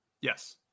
Yes